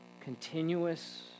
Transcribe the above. Continuous